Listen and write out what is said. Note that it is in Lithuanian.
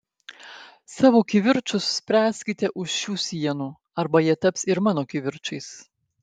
savo kivirčus spręskite už šių sienų arba jie taps ir mano kivirčais